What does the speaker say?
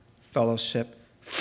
Fellowship